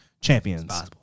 Champions